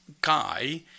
guy